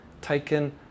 taken